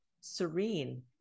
serene